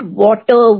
water